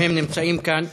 אם הם נמצאים כאן.